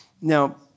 Now